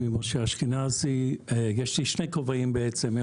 בשני כובעים.